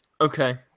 Okay